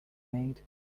made